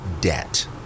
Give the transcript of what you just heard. debt